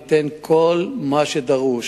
ניתן כל מה שדרוש,